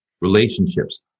relationships